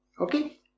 Okay